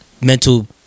mental